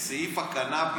את סעיף הקנביס,